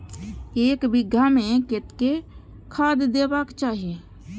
एक बिघा में कतेक खाघ देबाक चाही?